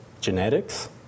genetics